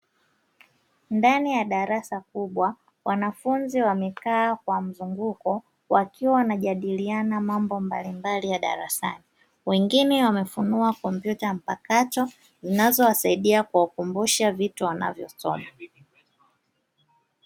Ndani ya darasa kubwa, wanafunzi wamekaa kwa mzunguko wakiwa, wanajadiliana mambo mbalimbali ya darasani. Wengine wamefunua kompyuta mpakato zinazowasaidia kuwakumbusha vitu wanavyosoma.